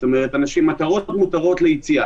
גם דוגמאות למקרים שאושרו,